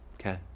Okay